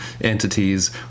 entities